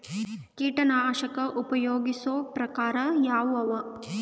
ಕೀಟನಾಶಕ ಉಪಯೋಗಿಸೊ ಪ್ರಕಾರ ಯಾವ ಅವ?